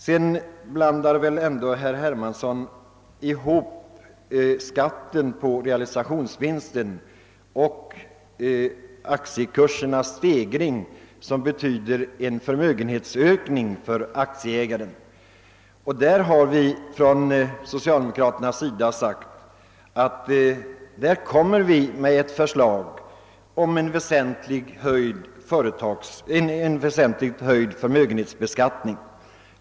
Sedan blandar herr Hermansson förmodligen ihop begreppen skatt på realisationsvinst och aktiekursernas stegring, som betyder en förmögenhetsökning för aktieägare. Socialdemokraterna har därvidlag sagt att vi kommer med ett förslag om en väsentligt höjd förmögenhetsbeskattning.